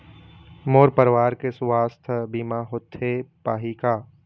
मोर परवार के सुवास्थ बीमा होथे पाही का?